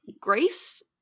grace